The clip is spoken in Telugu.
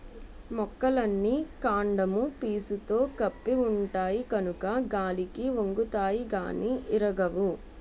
మొక్కలన్నీ కాండము పీసుతో కప్పి ఉంటాయి కనుక గాలికి ఒంగుతాయి గానీ ఇరగవు